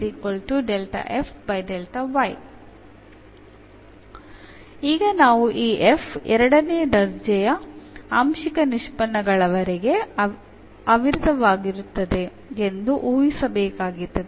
ಈಗ ನಾವು ಈ f ಎರಡನೇ ದರ್ಜೆಯ ಆಂಶಿಕ ನಿಷ್ಪನ್ನಗಳವರೆಗೆ ಅವಿರತವಾಗಿರುತ್ತದೆ ಎಂದು ಊಹಿಸಬೇಕಾಗಿದೆ